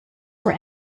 were